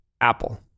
apple